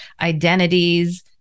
identities